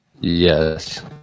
Yes